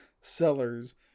sellers